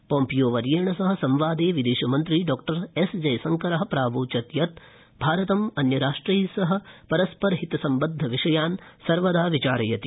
Pompeo वर्यणे सह संवादे विदेशमन्त्री डॉ एस जयशङ्कर प्रावोचत् यत् भारतम् अन्यराष्ट्र मह परस्परहित सम्बद्धविषयान् सर्वदा विचारयति